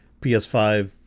PS5